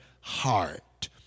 heart